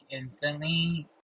instantly